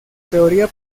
teoría